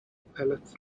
pellets